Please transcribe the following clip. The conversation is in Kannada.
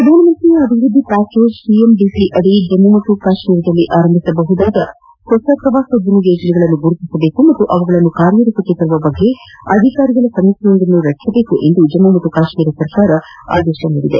ಪ್ರಧಾನಮಂತ್ರಿ ಅಭಿವೃದ್ದಿ ಪ್ಡಾಕೇಜ್ ಪಿಎಂಡಿಪಿ ಅಡಿ ಜಮ್ನು ಮತ್ತು ಕಾಶ್ಸೀರದಲ್ಲಿ ಆರಂಭಿಸಬಹುದಾದ ಹೊಸ ಪ್ರವಾಸೋದ್ವಮ ಯೋಜನೆಗಳನ್ನು ಗುರುತಿಸುವಂತೆ ಹಾಗೂ ಅವುಗಳನ್ನು ಕಾರ್ಯರೂಪಕ್ಕೆ ತರುವ ಬಗ್ಗೆ ಅಧಿಕಾರಿಗಳ ಸಮಿತಿಯೊಂದನ್ನು ರಚಿಸಲು ಜಮ್ನು ಮತ್ತು ಕಾಶ್ಮೀರ ಸರ್ಕಾರ ಆದೇಶಿಸಿದೆ